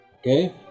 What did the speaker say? okay